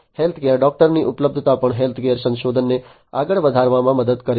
healthcare ડેટાની ઉપલબ્ધતા પણ હેલ્થકેર સંશોધનને આગળ વધારવામાં મદદ કરે છે